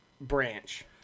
branch